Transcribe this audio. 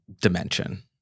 dimension